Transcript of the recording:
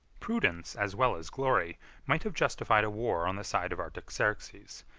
prudence as well as glory might have justified a war on the side of artaxerxes,